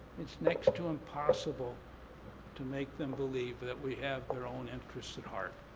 it's next to impossible to make them believe but that we have their own interests at heart.